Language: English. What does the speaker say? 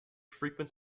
frequent